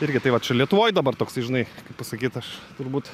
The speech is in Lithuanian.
irgi tai vat čia lietuvoj dabar toksai žinai pasakyt aš turbūt